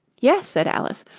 yes, said alice,